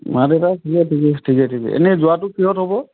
মা দেউতা ঠিকে ঠিকে ঠিকে ঠিকে এনেই যোৱাটো কিহত হ'ব